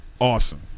Awesome